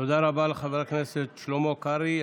תודה רבה לחבר הכנסת שלמה קרעי.